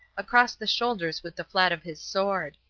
across the shoulders with the flat of his sword.